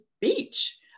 beach